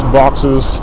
boxes